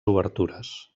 obertures